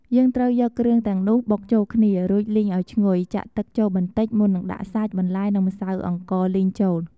យើងត្រូវយកគ្រឿងទាំងនោះបុកចូលគ្នា រួចលីងឱ្យឈ្ងុយ ចាក់ទឹកចូលបន្តិចមុននឹងដាក់សាច់ បន្លែ និងម្សៅអង្ករលីងចូល។